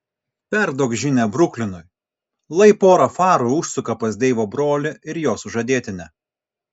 perduok žinią bruklinui lai pora farų užsuka pas deivo brolį ir jo sužadėtinę